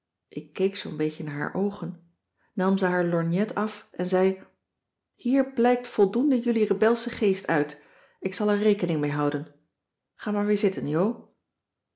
ik keek zoo'n beetje naar haar oogen nam ze haar lorgnet af en zei hier blijkt voldoende jullie rebelsche geest uit ik zal er rekening mee houden ga maar weer zitten jo